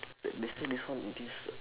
wait they say this one this